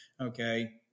okay